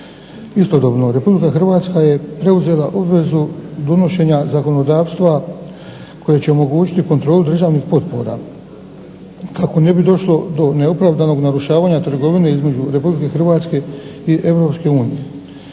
Istodobno RH je preuzela obvezu donošenja zakonodavstva koje će omogućiti kontrolu državnih potpora kako ne bi došlo do neopravdanog narušavanja trgovine između RH i EU.